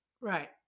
Right